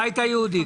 מהבית היהודי.